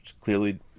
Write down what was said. clearly